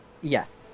Yes